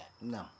No